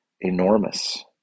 enormous